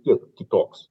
kiek kitoks